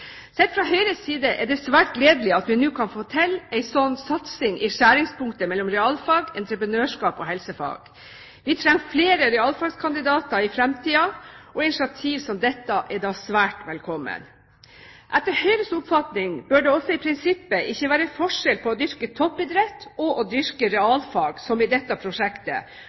fra Høyres side er det svært gledelig at vi nå kan få til en slik satsing i skjæringspunktet mellom realfag, entreprenørskap og helsefag. Vi trenger flere realfagskandidater i framtiden, og initiativ som dette er da svært velkommen. Etter Høyres oppfatning bør det i prinsippet ikke være forskjell på å dyrke toppidrett og å dyrke realfag, som i dette prosjektet,